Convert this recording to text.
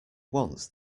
once